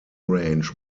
range